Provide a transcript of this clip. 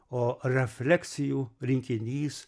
o refleksijų rinkinys